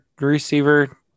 receiver